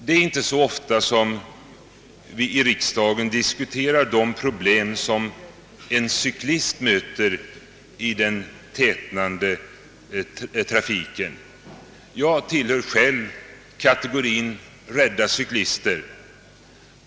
Det är inte så ofta som vi i riksdagen diskuterar de problem en cyklist möter i den tätnande trafiken. Jag tillhör själv kategorin rädda cyklister.